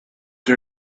her